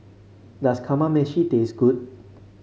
does Kamameshi taste good